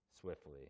swiftly